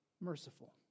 merciful